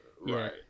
Right